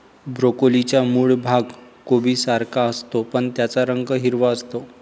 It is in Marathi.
ब्रोकोलीचा मूळ भाग कोबीसारखाच असतो, पण त्याचा रंग हिरवा असतो